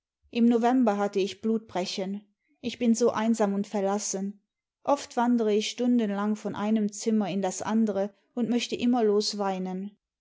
im november hatte ich blutbrechen ich bin so einsam und verlassen oft wandere ich stundenlang von einem zimmer in das andere und möchte immerlos weinen